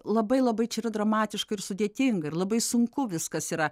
labai labai čia yra dramatiška ir sudėtinga ir labai sunku viskas yra